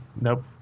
nope